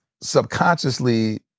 subconsciously